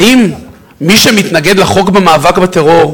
האם מי שמתנגד לחוק המאבק בטרור,